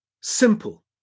simple